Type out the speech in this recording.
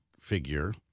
figure